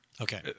Okay